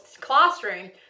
classroom